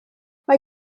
mae